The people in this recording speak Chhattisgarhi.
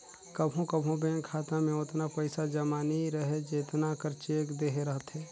कभों कभों बेंक खाता में ओतना पइसा जमा नी रहें जेतना कर चेक देहे रहथे